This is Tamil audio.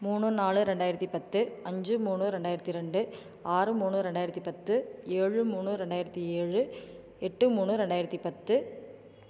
மூணு நாலு ரெண்டாயிரத்து பத்து அஞ்சு மூணு ரெண்டாயிரத்து ரெண்டு ஆறு மூணு ரெண்டாயிரத்து பத்து ஏழு மூணு ரெண்டாயிரத்து ஏழு எட்டு மூணு ரெண்டாயிரத்து பத்து